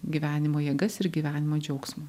gyvenimo jėgas ir gyvenimo džiaugsmą